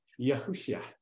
Yahushua